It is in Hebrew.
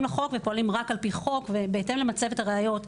לחוק ופועלים רק על פי חוק ובהתאם למצבת הראיות,